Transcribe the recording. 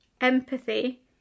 empathy